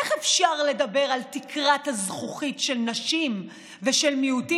איך אפשר לדבר על תקרת הזכוכית של נשים ושל מיעוטים